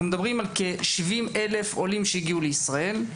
אנחנו מדברים על כ-70,000 עולים שהגיעו לישראל.